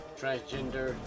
transgender